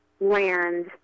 land